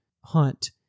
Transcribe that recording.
hunt